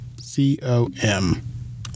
C-O-M